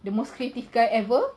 the most creative guy ever